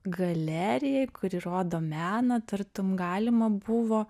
galerijai kuri rodo meną tartum galima buvo